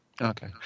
Okay